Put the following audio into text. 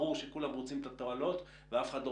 ברור שכולם רוצים את התועלות ואף אחד לא